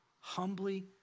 humbly